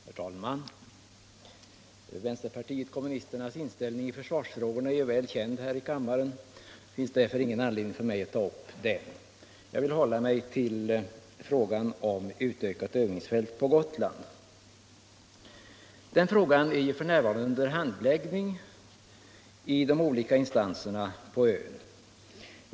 Herr talman! Vänsterpartiet kommunisternas inställning i försvarsfrågorna är väl känd här i kammaren, och det finns därför ingen anledning för mig att ta upp den. Jag skall hålla mig till frågan om ett utökat övningsfält på Gotland. Denna fråga handläggs f. n. av de olika instanserna på ön.